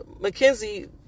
McKenzie